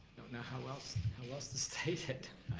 don't know how else how else to state it,